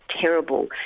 terrible